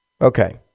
Okay